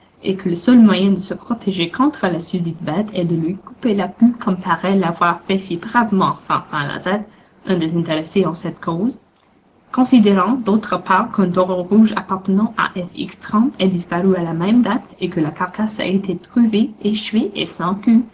et que le seul moyen de se protéger contre la susdite bête est de lui couper la queue comme paraît l'avoir fait si bravement fanfan lazette un des intéressés en cette cause considérant d'autre part qu'un taureau rouge appartenant à f x trempe est disparu à la même date et que la carcasse a été trouvée échouée et sans